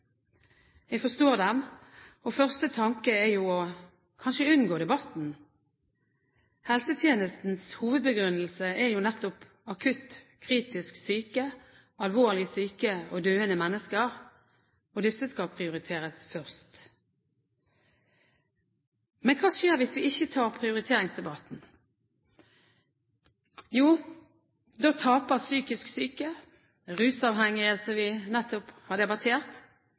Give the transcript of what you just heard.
Jeg forstår dem, og den første tanken er kanskje å unngå debatten. Helsetjenestens hovedbegrunnelse er jo nettopp akutt kritisk syke, alvorlig syke og døende mennesker. Disse skal prioriteres først. Men hva skjer hvis vi ikke tar prioriteringsdebatten? Jo, da taper psykisk syke, rusmiddelavhengige, som vi nettopp har debattert,